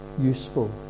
useful